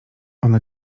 ona